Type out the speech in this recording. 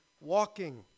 walking